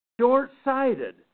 short-sighted